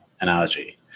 analogy